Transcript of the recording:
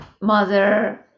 mother